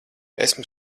esmu